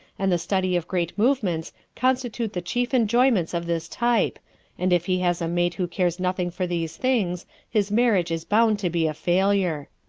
and the study of great movements constitute the chief enjoyments of this type and if he has a mate who cares nothing for these things his marriage is bound to be a failure.